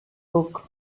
book